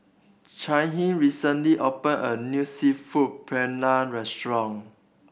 Caitlyn recently opened a new Seafood Paella Restaurant